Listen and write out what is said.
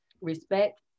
Respect